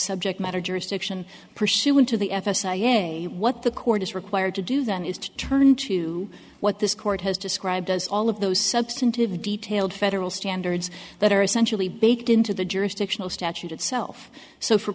subject matter jurisdiction pursuant to the f s a what the court is required to do then is to turn to what this court has described as all of those substantive detailed federal standards that are essentially baked into the jurisdictional statute itself so for